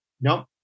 Nope